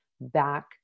back